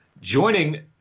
Joining